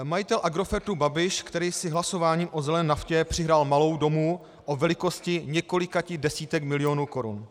Majitel Agrofertu Babiš, který si hlasováním o zelené naftě přihrál malou domů o velikosti několika desítek milionů korun.